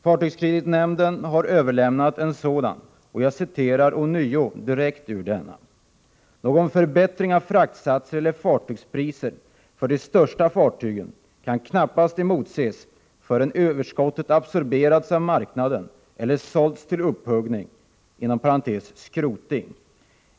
Fartygskreditnämnden har överlämnat en sådan, och av den framgår bl.a. följande: Någon förbättring av fraktsatser eller fartygspriser för de största fartygen kan knappast emotses förrän överskottet absorberats av marknaden eller sålts till upphuggning .